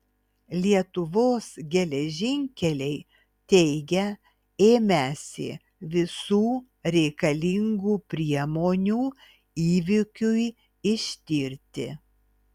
lietuvos geležinkeliai teigia ėmęsi visų reikalingų priemonių įvykiui ištirti